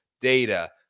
data